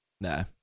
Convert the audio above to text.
Nah